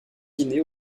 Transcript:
dîner